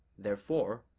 therefore,